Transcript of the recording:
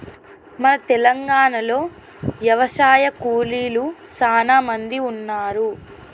మన తెలంగాణలో యవశాయ కూలీలు సానా మంది ఉన్నారు